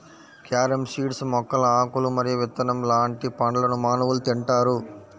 carom seeds మొక్కల ఆకులు మరియు విత్తనం లాంటి పండ్లను మానవులు తింటారు